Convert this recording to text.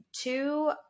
Two